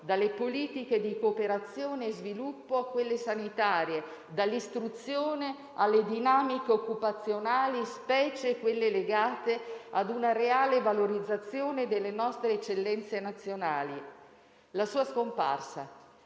dalle politiche di cooperazione e sviluppo a quelle sanitarie, dall'istruzione alle dinamiche occupazionali, specie quelle legate a una reale valorizzazione delle nostre eccellenze nazionali. La sua scomparsa